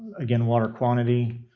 again, water quantity,